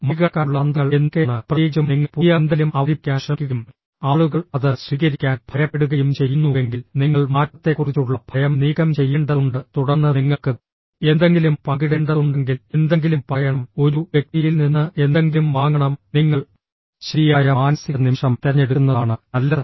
മറികടക്കാനുള്ള തന്ത്രങ്ങൾ എന്തൊക്കെയാണ് പ്രത്യേകിച്ചും നിങ്ങൾ പുതിയ എന്തെങ്കിലും അവതരിപ്പിക്കാൻ ശ്രമിക്കുകയും ആളുകൾ അത് സ്വീകരിക്കാൻ ഭയപ്പെടുകയും ചെയ്യുന്നുവെങ്കിൽ നിങ്ങൾ മാറ്റത്തെക്കുറിച്ചുള്ള ഭയം നീക്കം ചെയ്യേണ്ടതുണ്ട് തുടർന്ന് നിങ്ങൾക്ക് എന്തെങ്കിലും പങ്കിടേണ്ടതുണ്ടെങ്കിൽ എന്തെങ്കിലും പറയണം ഒരു വ്യക്തിയിൽ നിന്ന് എന്തെങ്കിലും വാങ്ങണം നിങ്ങൾ ശരിയായ മാനസിക നിമിഷം തിരഞ്ഞെടുക്കുന്നതാണ് നല്ലത്